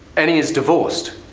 annie is divorced.